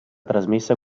trasmessa